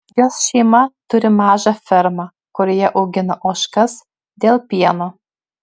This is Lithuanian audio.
jos šeima turi mažą fermą kurioje augina ožkas dėl pieno